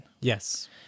Yes